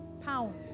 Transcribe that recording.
pound